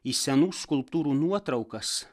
į senų skulptūrų nuotraukas